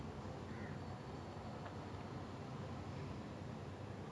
wait badminton player height like maybe one seven six one seven seven